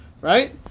right